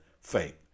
Faith